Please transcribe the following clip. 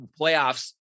playoffs